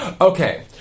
Okay